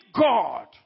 God